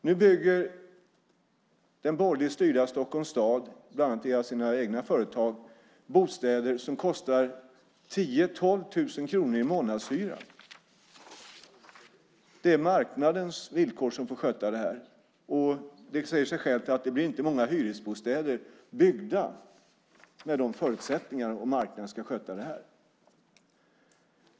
Nu bygger borgerligt styrda Stockholms stad bland annat via sina egna företag bostäder som kostar 10 000-12 000 kronor i månadshyra. Det är marknadens villkor som får sköta det här. Det säger sig självt att det inte blir många hyresbostäder byggda med de förutsättningarna och när marknaden ska sköta det.